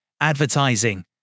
Advertising